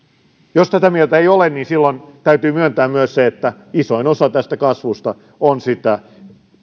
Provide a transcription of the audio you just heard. jos tätä mieltä ei ole niin silloin täytyy myöntää myös se että isoin osa tästä kasvusta on sitä